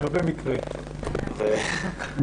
אנחנו